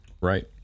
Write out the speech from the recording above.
right